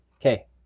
Okay